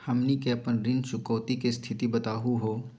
हमनी के अपन ऋण चुकौती के स्थिति बताहु हो?